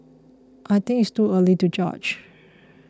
I think it's too early to judge